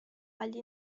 agli